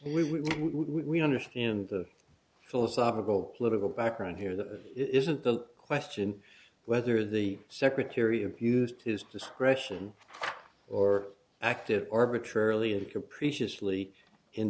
and we we understand the philosophical political background here that isn't the question whether the secretary abused his discretion or active arbitrarily and capriciously in